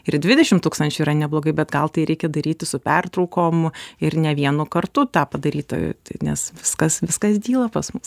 ir dvidešim tūkstančių yra neblogai bet gal tai reikia daryti su pertraukom ir ne vienu kartu tą padaryta nes viskas viskas dyla pas mus